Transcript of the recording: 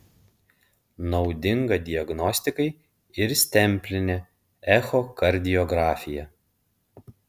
naudinga diagnostikai ir stemplinė echokardiografija